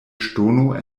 ŝtono